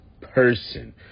person